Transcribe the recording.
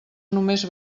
només